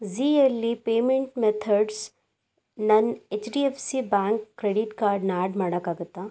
ಜೀಯಲ್ಲಿ payment methods ನನ್ನ H D F C bank credit ಕಾರ್ಡನ್ನ add ಮಾಡೋಕ್ಕಾಗತ್ತಾ